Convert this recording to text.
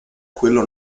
quello